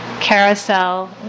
carousel